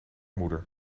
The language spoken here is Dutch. moeder